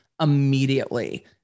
immediately